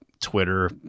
twitter